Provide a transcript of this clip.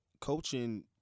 coaching